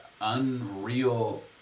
unreal